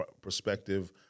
perspective